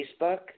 Facebook